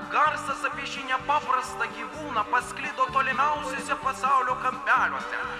garsas apie šį nepaprastą gyvūną pasklido tolimiausiuose pasaulio kampeliuose